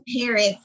parents